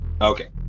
okay